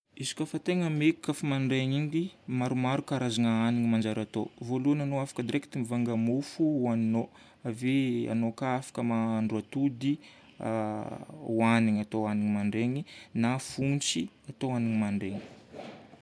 Izy koafa tegna maika kofa mandraigny edy: maromaro karazagna hanigny manjary atao. Voalohany anao afaka direct mivanga mofo hohanignao. Ave anao ka afaka mahandro atody hohanigna atao hanigna mandraigny na fontsy atao hanigny mandraigny.